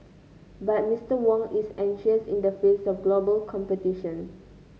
but Mister Wong is anxious in the face of global competition